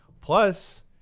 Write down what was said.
plus